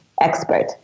expert